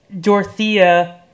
Dorothea